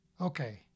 okay